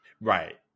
Right